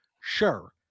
Sure